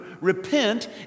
Repent